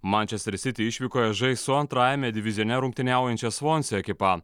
mančestrer siti išvykoje žais su antrajame divizione rungtyniaujančia svonsi ekipa